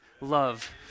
love